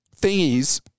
thingies